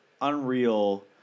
unreal